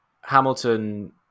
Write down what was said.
Hamilton